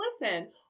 listen